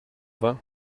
vingt